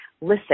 listen